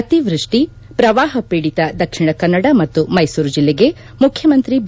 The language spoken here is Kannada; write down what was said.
ಅತಿವೃಷ್ಷಿ ಪ್ರವಾಹ ಪೀಡಿತ ದಕ್ಷಿಣ ಕನ್ನಡ ಮತ್ತು ಮೈಸೂರು ಜಲ್ಲೆಗೆ ಮುಖ್ಯಮಂತ್ರಿ ಬಿ